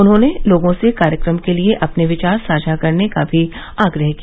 उन्होंने लोगों से कार्यक्रम के लिए अपने विचार साझा करने का भी आग्रह किया